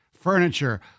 Furniture